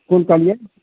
कोन कहलिए